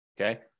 okay